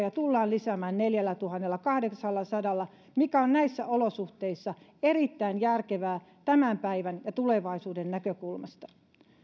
tullaan lisäämään neljällätuhannellakahdeksallasadalla mikä on näissä olosuhteissa erittäin järkevää tämän päivän ja tulevaisuuden näkökulmasta